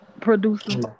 producer